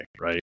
Right